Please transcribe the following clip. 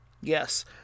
Yes